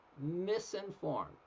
misinformed